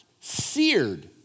seared